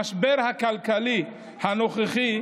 המשבר הכלכלי הנוכחי,